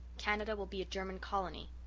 canada will be a german colony.